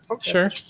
Sure